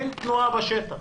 אין תנועה בשטח.